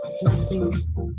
Blessings